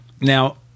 Now